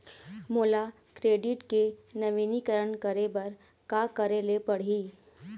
मोला क्रेडिट के नवीनीकरण करे बर का करे ले पड़ही?